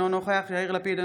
אינו נוכח יאיר לפיד,